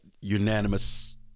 unanimous